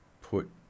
put